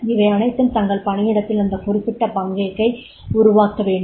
இவையனைத்தும் தங்கள் பணியிடத்தில் அந்த குறிப்பிட்ட பங்கேற்பை உருவாக்க வேண்டும்